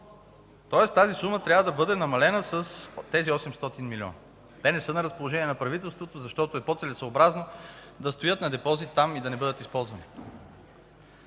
Тоест тази сума трябва да бъде намалена с тези 800 милиона. Те не са на разположение на правителството, защото е по-целесъобразно да стоят на депозит там и да не бъдат използвани.